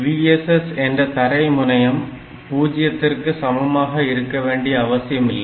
VSS என்ற தரை முனையம் பூஜித்திற்கு சமமாக இருக்க வேண்டிய அவசியமில்லை